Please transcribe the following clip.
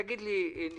תן לי ניסוח